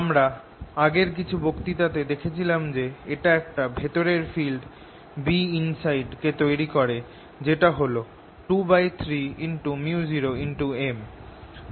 আমরা আগের কিছু বক্তৃতা তে দেখেছিলাম যে এটা একটা ভেতরের ফিল্ড Binside কে তৈরি করে যেটা হল 23µ0M